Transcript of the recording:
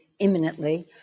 imminently